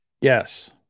yes